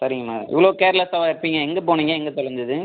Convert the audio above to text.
சரிங்கம்மா இவ்வளோ கேர்லெஸ்ஸாகவா இருப்பீங்க எங்கே போனீங்க எங்கே தொலைஞ்சிது